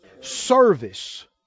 Service